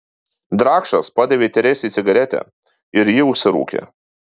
drakšas padavė teresei cigaretę ir ji užsirūkė